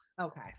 okay